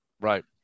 Right